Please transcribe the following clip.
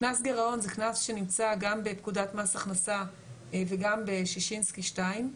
קנס גירעון זה קנס שנמצא גם בפקודת מס הכנסה וגם בשישינסקי 2,